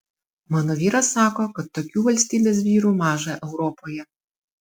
mano vyras sako kad tokių valstybės vyrų maža europoje